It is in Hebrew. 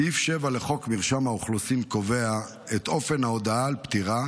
סעיף 7 לחוק מרשם האוכלוסין קובע את אופן ההודעה על פטירה